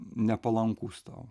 nepalankūs tau